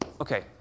Okay